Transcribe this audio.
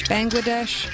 Bangladesh